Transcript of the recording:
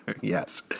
Yes